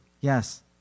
Yes